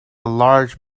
large